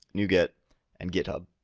nuget, and github.